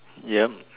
yup